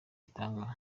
itanga